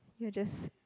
you're just